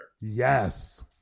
Yes